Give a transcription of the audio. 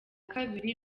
kabiri